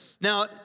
Now